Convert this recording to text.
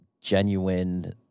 genuine